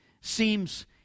seems